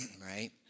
right